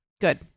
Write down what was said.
good